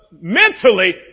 mentally